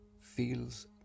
feels